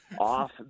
off